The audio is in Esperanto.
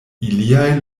iliaj